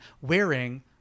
wearing